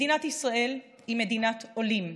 מדינת ישראל היא מדינת עולים.